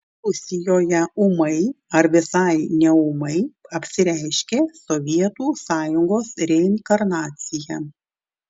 rusijoje ūmai ar visai neūmai apsireiškė sovietų sąjungos reinkarnacija